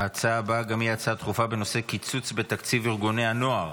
ההצעה הבאה גם היא הצעה דחופה בנושא: קיצוץ בתקציב ארגוני הנוער.